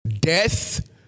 death